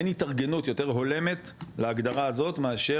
אין התארגנות יותר הולמת להגדרה הזאת מאשר